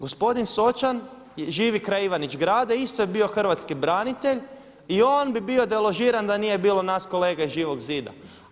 Gospodin Sočan živi kraj Ivanić Grada, isto je bio hrvatski branitelj i on bi bio deložiran da nije bilo nas kolega iz Živog zida.